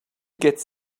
gets